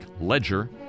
ledger